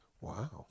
Wow